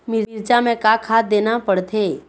मिरचा मे का खाद देना पड़थे?